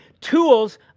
tools